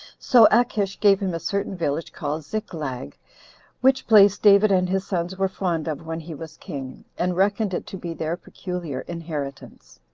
so achish gave him a certain village called ziklag which place david and his sons were fond of when he was king, and reckoned it to be their peculiar inheritance.